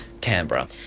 Canberra